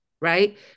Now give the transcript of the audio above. right